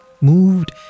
moved